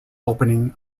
opening